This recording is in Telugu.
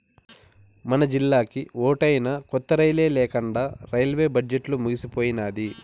మనజిల్లాకి ఓటైనా కొత్త రైలే లేకండా రైల్వే బడ్జెట్లు ముగిసిపోయినాది